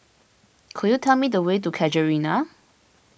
could you tell me the way to Casuarina